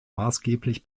maßgeblich